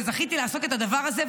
וזכיתי לעשות את הדבר הזה,